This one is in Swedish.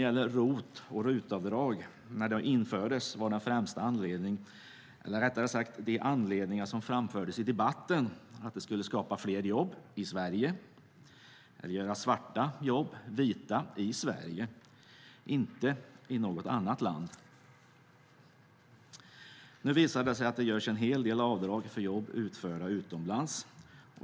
När ROT och RUT-avdragen infördes var den främsta anledningen, eller rättare sagt de anledningar som framfördes i debatten, att de skulle skapa fler jobb i Sverige och göra svarta jobb vita i Sverige, inte i något annat land. Nu visar det sig att det görs en hel del avdrag för jobb utförda utomlands.